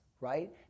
right